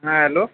ہاں ہیلو